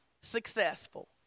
successful